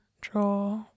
draw